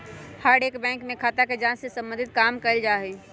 हर एक बैंक में खाता के जांच से सम्बन्धित काम कइल जा हई